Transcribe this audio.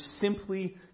simply